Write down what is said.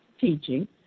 teaching